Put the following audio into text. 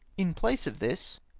in place of this,